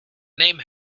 name